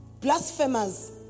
blasphemers